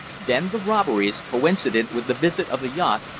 then the robberies, coincident with the visit of the yacht,